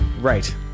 Right